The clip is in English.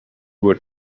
were